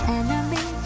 enemy